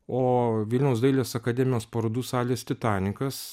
o vilniaus dailės akademijos parodų salės titanikas